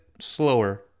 slower